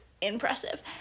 impressive